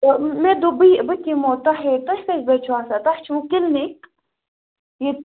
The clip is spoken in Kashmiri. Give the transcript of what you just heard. تہٕ مےٚ دوٚپ بہٕ یہِ بہٕ تہِ یِمَو تۄہی تُہۍ کٔژِ بجہٕ چھُو آسان تۄہہِ چھُو کِلنِک یہِ